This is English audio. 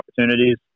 opportunities